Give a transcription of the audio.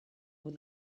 were